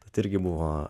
tad irgi buvo